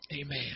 amen